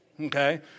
Okay